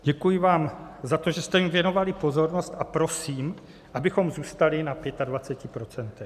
Děkuji vám za to, že jste mi věnovali pozornost, a prosím, abychom zůstali na 25 %.